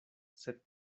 sed